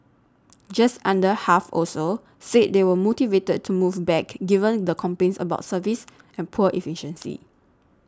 just under half also said they were motivated to move back given the complaints about service and poor efficiency